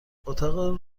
اتاق